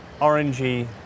orangey